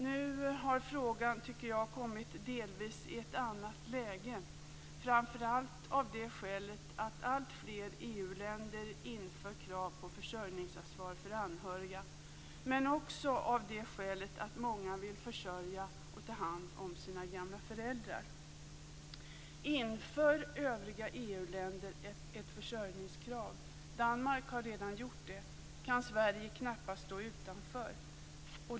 Jag tycker att frågan nu delvis har kommit i ett annat läge, framför allt av det skälet att alltfler EU-länder inför krav på försörjningsansvar för anhöriga men också av det skälet att många vill försörja och ta hand om sina gamla föräldrar. Inför övriga EU-länder ett försörjningskrav - Danmark har redan gjort det - kan Sverige knappast stå utanför.